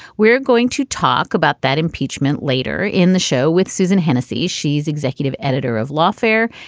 we're going to talk about that impeachment later in the show with susan hennessey. she's executive editor of lawfare.